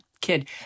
kid